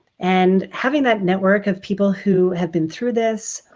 and having that network of people who have been through this,